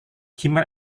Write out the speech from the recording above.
kimmel